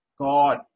God